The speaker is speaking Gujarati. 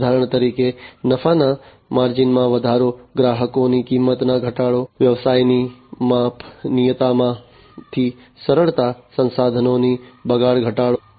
ઉદાહરણ તરીકે નફાના માર્જિનમાં વધારો ગ્રાહકોની કિંમતમાં ઘટાડો વ્યવસાયની માપનીયતામાંથી સરળતા સંસાધનોનો બગાડ ઘટાડવો